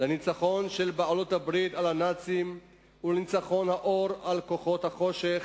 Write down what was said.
בניצחון של בעלות-הברית על הנאצים ולניצחון האור על כוחות החושך.